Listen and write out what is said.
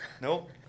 Nope